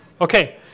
Okay